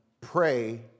Pray